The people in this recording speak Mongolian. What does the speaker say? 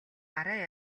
арай